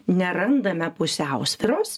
nerandame pusiausvyros